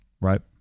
Right